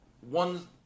one